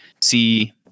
see